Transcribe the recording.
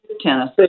tennis